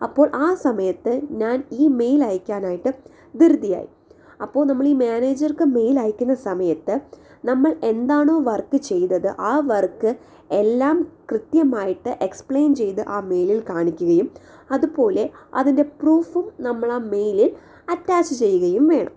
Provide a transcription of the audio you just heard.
അപ്പോൾ ആ സമയത്ത് ഞാൻ ഈ മെയിൽ അയക്കാനായിട്ട് ധൃതിയായി അപ്പോൾ നമ്മളീ മാനേജർക്ക് മെയിൽ അയക്കുന്ന സമയത്ത് നമ്മൾ എന്താണോ വർക്ക് ചെയ്തത് ആ വർക്ക് എല്ലാം കൃത്യമായിട്ട് എക്സ്പ്ലൈൻ ചെയ്ത് ആ മെയിലിൽ കാണിക്കുകയും അതുപോലെ അതിൻ്റെ പ്രൂഫും നമ്മളാ മെയിലിൽ അറ്റാച്ച് ചെയ്യുകയും വേണം